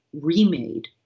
remade